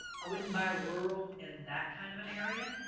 i wouldn't buy rural and that kind of an area,